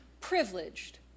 privileged